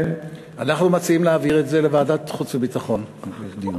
אנחנו מציעים להעביר את זה לוועדת החוץ והביטחון להמשך דיון.